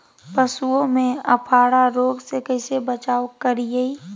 पशुओं में अफारा रोग से कैसे बचाव करिये?